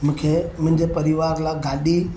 मूंखे मुंहिंजे परिवार लाइ गाॾी